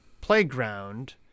playground